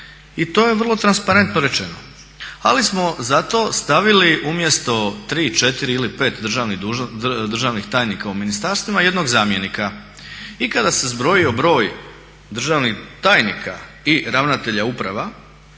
i to je vrlo transparentno rečeno. Ali smo zato stavili umjesto 3, 4 ili 5 državnih tajnika u ministarstvima jednog zamjenika. I kada se zbrojio broj državnih tajnika i ravnatelja uprava